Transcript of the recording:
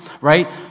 right